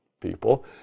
people